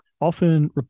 often